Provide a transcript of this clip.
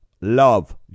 love